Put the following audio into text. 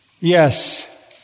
yes